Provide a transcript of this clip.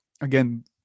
again